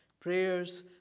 Prayers